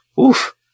oof